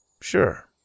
Sure